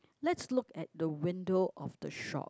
let's look at the window of the shop